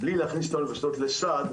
בלי להכניס את האוניברסיטאות לסד,